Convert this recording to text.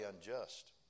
unjust